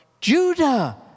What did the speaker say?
Judah